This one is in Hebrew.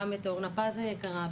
גם את אורנה פז היקרה,